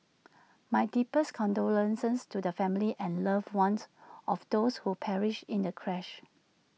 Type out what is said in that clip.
my deepest condolences to the families and loved ones of those who perished in the crash